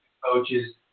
coaches